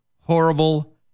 horrible